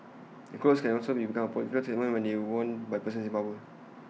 clothes can also become A political statement when worn by persons in power